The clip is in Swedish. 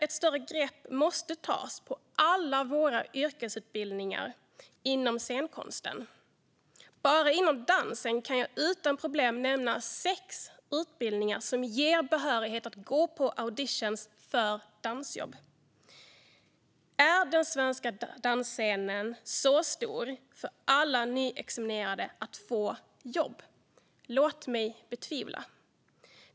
Ett större grepp måste tas om alla våra yrkesutbildningar inom scenkonsten. Bara inom dansen kan jag utan problem nämna sex utbildningar som ger behörighet att gå på audition för dansjobb. Är den svenska dansscenen stor nog för alla nyexaminerade att få jobb? Tillåt mig tvivla.